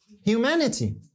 humanity